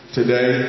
today